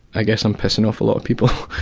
i guess i'm pissing off a lot of people.